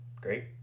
great